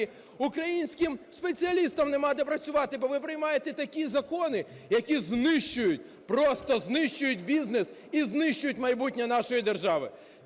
українським спеціалістам немає де працювати, бо ви приймаєте такі закони, які знищують, просто знищують бізнес і знищують майбутнє нашої держави.